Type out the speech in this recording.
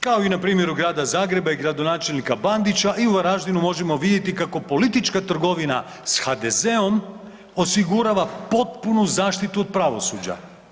Kao i na primjeru Grada Zagreba i gradonačelnika Bandića i u Varaždinu možemo vidjeti kako politička trgovina s HDZ-om osigurava potpunu zaštitu od pravosuđa.